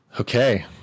okay